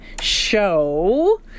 show